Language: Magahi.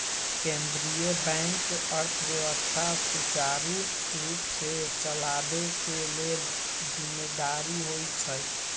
केंद्रीय बैंक अर्थव्यवस्था सुचारू रूप से चलाबे के लेल जिम्मेदार होइ छइ